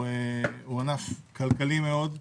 הוא ענף כלכלי מאוד.